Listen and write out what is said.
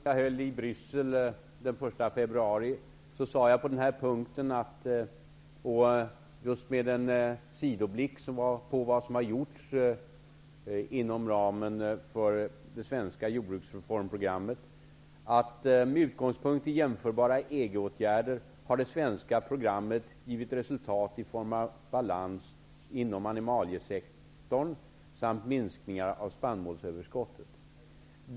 Herr talman! I det anförande jag höll i Bryssel den 1 februari sade jag, just med en sidoblick på vad som har gjorts inom ramen för det svenska reformprogrammet för jordbruket, att med utgångspunkt i jämförbara EG-åtgärder har det svenska programmet givit resultat i form av balans inom animaliesektorn samt minskat spannmålsöverskottet.